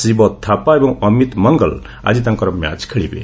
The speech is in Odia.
ଶିବ ଥାପ୍ସା ଏବଂ ଅମିତ ପଙ୍ଗଲ ଆଜି ତାଙ୍କର ମ୍ୟାଚ୍ ଖେଳିବେ